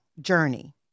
journey